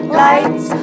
lights